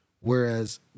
whereas